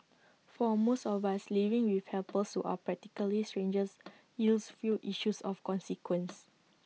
for most of us living with helpers who are practically strangers yields few issues of consequence